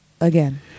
again